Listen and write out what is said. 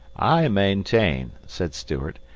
i maintain, said stuart,